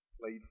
played